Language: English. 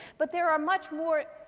but there are much more